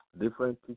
different